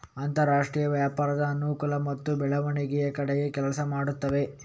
ಅಂತರಾಷ್ಟ್ರೀಯ ವ್ಯಾಪಾರದ ಅನುಕೂಲ ಮತ್ತು ಬೆಳವಣಿಗೆಯ ಕಡೆಗೆ ಕೆಲಸ ಮಾಡುತ್ತವೆ